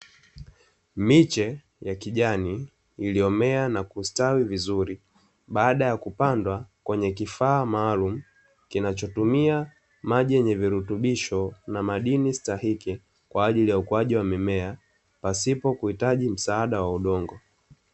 Miche ya kijani iliyomea na kustawi vizuri baada ya kupandwa kwenye kifaa maalumu, kinachotumia maji yenye virutubisho na stahiki kwa ajili ya ukuaji wa mimea pasipo kuhitaji msaada wa udongo.